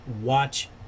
watch